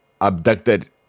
abducted